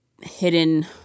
hidden